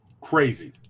crazy